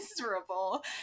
miserable